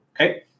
Okay